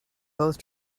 both